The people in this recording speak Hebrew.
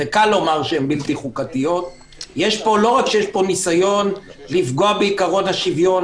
לא רק שיש פה ניסיון לפגוע בעיקרון השוויון,